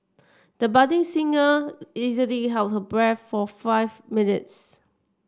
the budding singer easily held her breath for five minutes